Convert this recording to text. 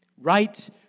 Right